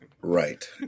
right